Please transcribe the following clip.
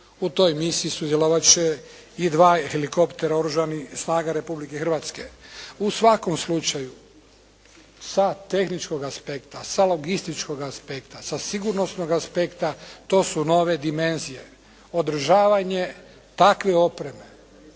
U toj misiji sudjelovat će i 2 helikoptera Oružanih snaga Republike Hrvatske. U svakom slučaju sa tehničkog aspekta, sa logističkog aspekta, sa sigurnosnog aspekta to su nove dimenzije. Održavanje takve opreme